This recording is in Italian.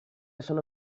sono